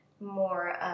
more